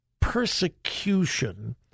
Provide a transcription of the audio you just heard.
persecution